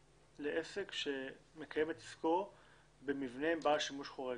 לעסק שמקיים את עסקו במבנה בעל שימוש חורג,